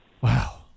Wow